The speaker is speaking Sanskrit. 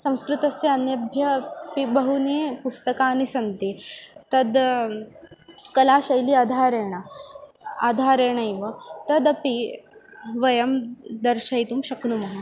संस्कृतस्य अन्यानि अपि बहूनि पुस्तकानि सन्ति तद् कलाशैल्याः आधारेण आधारेणैव तदपि वयं दर्शयितुं शक्नुमः